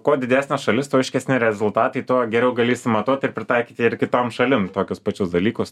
kuo didesnė šalis tuo aiškesni rezultatai tuo geriau gali išsimatuot ir pritaikyti ir kitom šalim tokius pačius dalykus